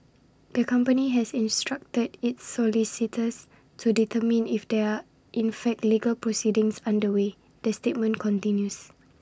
the company has instructed its solicitors to determine if there are in fact legal proceedings underway the statement continues